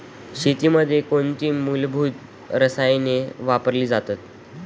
शेतीमध्ये कोणती मूलभूत रसायने वापरली जातात?